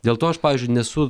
dėl to aš pavyzdžiui nesu